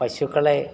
പശുക്കളെ